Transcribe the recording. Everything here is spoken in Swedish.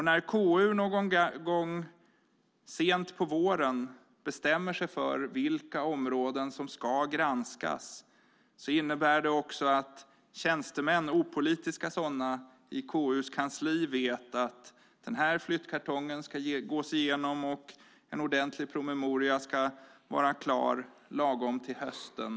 När KU någon gång sent på våren bestämmer sig för vilka områden som ska granskas innebär det också att opolitiska tjänstemän i KU:s kansli vet vilken flyttkartong som ska gås igenom och att en ordentlig promemoria ska vara klar lagom till hösten.